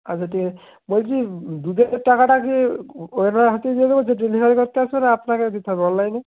আচ্ছা ঠিক আছে বলছি দুধের টাকাটা কি ওনার হাতেই দিয়ে দেবো যে ডেলিভারি করতে আসবে না আপনাকে দিতে হবে অনলাইনে